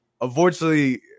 Unfortunately